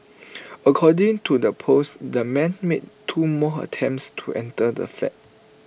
according to the post the man made two more attempts to enter the flat